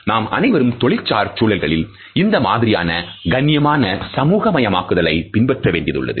நாம் அனைவரும் தொழில்சார் சூழல்களில் இந்த மாதிரியான கண்ணியமானசமூகமயமாக்குதல் ஐ பின்பற்ற வேண்டியது உள்ளது